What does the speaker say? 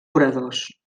oradors